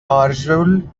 آرژول